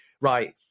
right